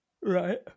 Right